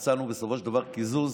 מצאנו בסופו של דבר קיזוז